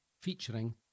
Featuring